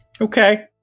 Okay